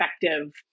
effective